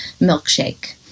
milkshake